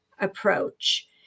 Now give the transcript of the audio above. approach